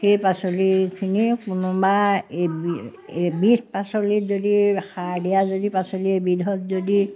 সেই পাচলিখিনি কোনোবা এইবিধ পাচলিত যদি সাৰ দিয়া যদি পাচলি এইবিধত যদি